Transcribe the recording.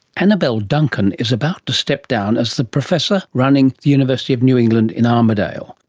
annabelle duncan is about to step down as the professor running the university of new england in armidale.